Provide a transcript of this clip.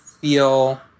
feel